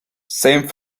same